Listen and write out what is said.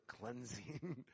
cleansing